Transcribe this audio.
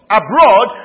abroad